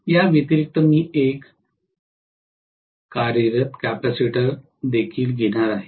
या व्यतिरिक्त मी एक कार्यरत कॅपेसिटर देखील घेणार आहे